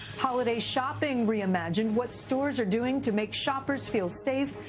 holiday shopping reimagined. what stores are doing to make shoppers feel safe.